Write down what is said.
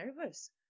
nervous